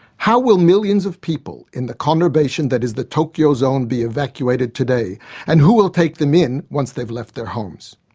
how will millions of people in the conurbation that is the tokyo zone be evacuated today and who will take them in once they have left their homes?